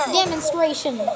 demonstration